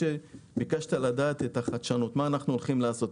ביקשת לדעת על החדשנות, מה אנחנו הולכים לעשות.